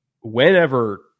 Whenever